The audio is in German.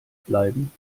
bleiben